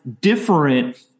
different